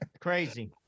crazy